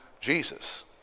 Jesus